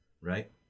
right